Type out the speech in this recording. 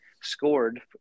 scored